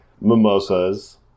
mimosas